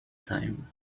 time